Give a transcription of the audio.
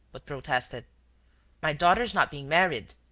but protested my daughter is not being married.